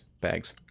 bags